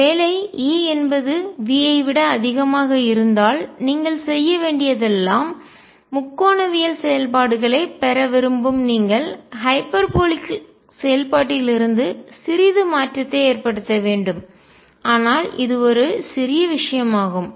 ஒருவேளை E என்பது V ஐ விட அதிகமாக இருந்தால் நீங்கள் செய்ய வேண்டியதெல்லாம் முக்கோணவியல் செயல்பாடுகளைப் பெற விரும்பும் நீங்கள் ஹைபர்போலிக் செயல்பாட்டிலிருந்து சிறிது மாற்றத்தை ஏற்படுத்த வேண்டும் ஆனால் இது ஒரு சிறிய விஷயம் ஆகும்